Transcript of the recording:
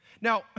Now